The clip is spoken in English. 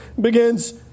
begins